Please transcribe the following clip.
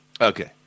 okay